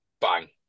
bang